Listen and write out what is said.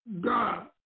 God